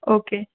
okay